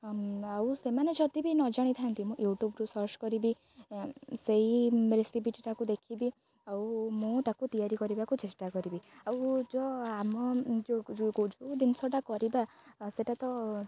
ଆଉ ସେମାନେ ଯଦି ବି ନ ଜାଣିଥାନ୍ତି ମୁଁ ୟୁଟ୍ୟୁବ୍ରୁ ସର୍ଚ୍ଚ୍ କରିବି ସେହି ରେସିପିଟାକୁ ଦେଖିବି ଆଉ ମୁଁ ତାକୁ ତିଆରି କରିବାକୁ ଚେଷ୍ଟା କରିବି ଆଉ ଯେଉଁ ଆମ ଯେଉଁ ଜିନିଷଟା କରିବା ସେଇଟା ତ